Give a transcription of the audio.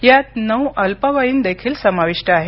यात नऊ अल्पवयीन देखील समाविष्ट आहेत